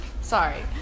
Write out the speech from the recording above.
Sorry